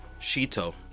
Shito